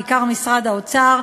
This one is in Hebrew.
בעיקר משרד האוצר,